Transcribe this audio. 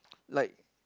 like